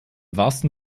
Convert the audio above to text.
wahrsten